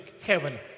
heaven